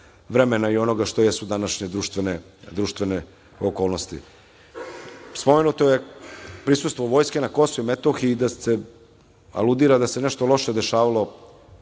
vremena i onoga što su današnje društvene okolnosti, spomenuto je prisustvo vojske na KiM i da se aludira da se nešto loše dešavalo